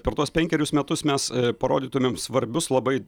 per tuos penkerius metus mes parodytumėm svarbius labai